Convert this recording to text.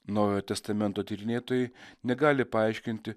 naujojo testamento tyrinėtojai negali paaiškinti